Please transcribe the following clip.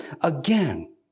Again